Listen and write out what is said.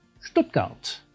Stuttgart